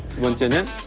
seokjin